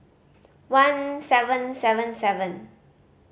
one seven seven seven